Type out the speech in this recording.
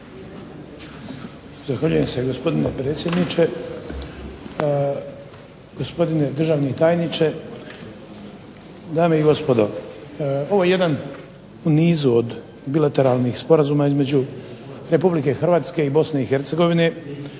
Zahvaljujem se gospodine predsjedniče, gospodine državni tajniče, dame i gospodo. Ovo je jedan u nizu od bilateralnih sporazuma između RH i BiH koji